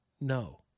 no